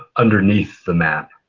underneath the map.